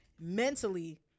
mentally